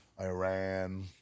Iran